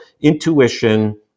intuition